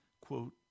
quote